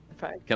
right